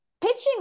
pitching